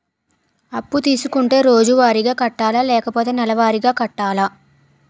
అప్పు తీసుకుంటే రోజువారిగా కట్టాలా? లేకపోతే నెలవారీగా కట్టాలా?